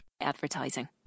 advertising